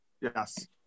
Yes